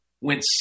went